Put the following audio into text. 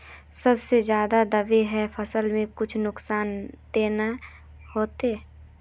इ सब जे खाद दबे ते फसल में कुछ नुकसान ते नय ने होते